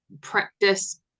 practice